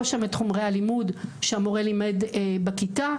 שם את חומרי הלימוד שהמורה לימד בכיתה.